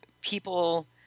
people